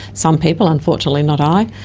some people, unfortunately not i,